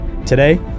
Today